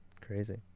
Crazy